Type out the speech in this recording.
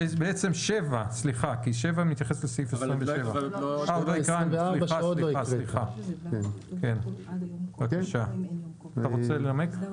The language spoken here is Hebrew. גם 7 כי 7 מתייחסת לסעיף 24. עוד לא קראנו את סעיף 24. אתה רוצה לנמק?